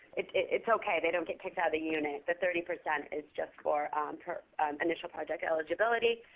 it's ok. they don't get kicked out of the unit. the thirty percent is just for um initial project eligibility.